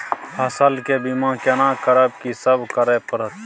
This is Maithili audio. फसल के बीमा केना करब, की सब करय परत?